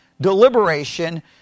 deliberation